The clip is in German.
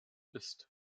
ist